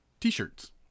t-shirts